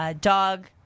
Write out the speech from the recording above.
dog